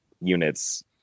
units